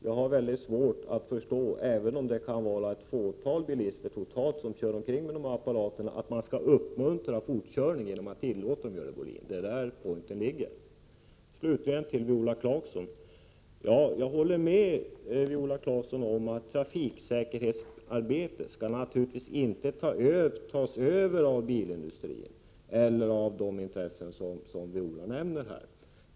Även om det totalt sett kan röra sig om ett fåtal bilister som kör omkring med dessa apparater, har jag svårt att förstå varför man skall uppmuntra fortkörning genom att tillåta dem. Det är detta som är poängen, Görel Bohlin. Jag håller med Viola Claesson om att trafiksäkerhetsarbetet naturligtvis inte skall tas över av bilindustrin eller andra intressen som hon här nämnde.